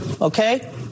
Okay